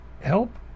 help